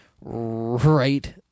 right